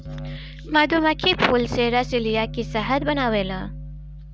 मधुमक्खी फूल से रस लिया के शहद बनावेले